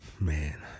Man